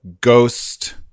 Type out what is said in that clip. ghost